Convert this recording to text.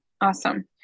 Awesome